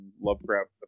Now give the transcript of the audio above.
Lovecraft